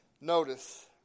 Notice